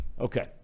Okay